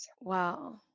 Wow